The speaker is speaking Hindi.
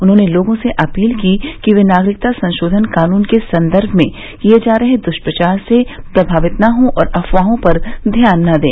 उन्होंने लोगों से अपील की कि ये नागरिकता संशोधन कानून के संदर्भ में किए जा रहे दुष्प्रचार से प्रभावित न हों और अफवाहों पर ध्यान न दें